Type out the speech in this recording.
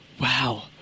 wow